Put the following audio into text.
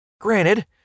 Granted